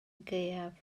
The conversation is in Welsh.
gaeaf